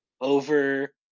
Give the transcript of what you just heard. over